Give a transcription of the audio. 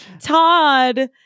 Todd